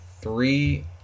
three